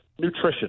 nutrition